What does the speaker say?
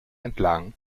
entlang